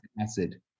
acid